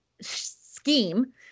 scheme